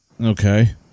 Okay